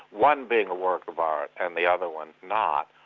one being a work of art and the other one not,